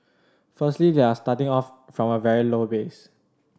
firstly they are starting off from a very low base